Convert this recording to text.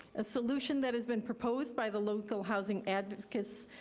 a solution that has been proposed by the local housing advocates.